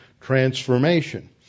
transformation